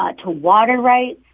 ah to water rights.